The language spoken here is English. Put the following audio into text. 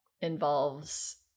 involves